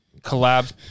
collab